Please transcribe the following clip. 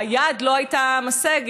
את מי שהיד שלו לא הייתה משגת.